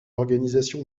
organisation